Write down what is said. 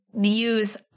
Use